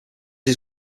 his